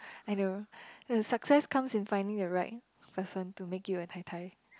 I know uh success comes in finding a right person to make you a tai tai